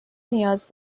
نیاز